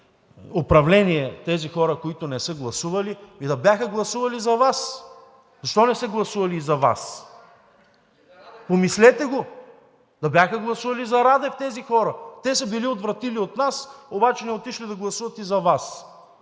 управление тези хора, които не са гласували, да бяха гласували за Вас! Защо не са гласували и за Вас? Помислете го! Да бяха гласували и за Радев тези хора. Те се били отвратили от нас, обаче не отишли да гласуват и за Вас?!